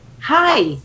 Hi